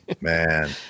man